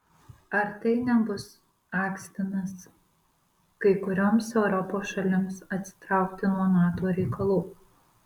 ar tai nebus akstinas kai kurioms europos šalims atsitraukti nuo nato reikalų